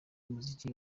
umuziki